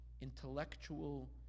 Intellectual